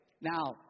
Now